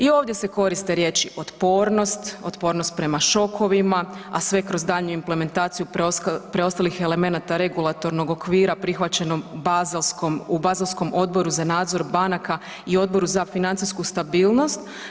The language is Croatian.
I ovdje se koriste riječi otpornost, otpornost prema šokovima, a sve kroz daljnju implementaciju preostalih elemenata regulatornog okvira prihvaćenom baselskom u Baselskom odboru za nadzor banka i Odboru za financijsku stabilnost.